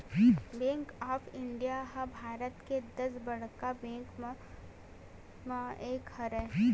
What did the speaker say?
bank of India ह भारत के दस बड़का बेंक मन म एक हरय